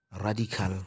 Radical